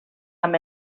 amb